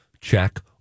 check